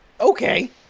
Okay